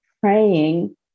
praying